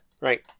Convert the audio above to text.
Right